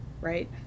right